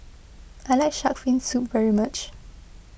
I like Shark's Fin Soup very much